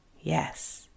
Yes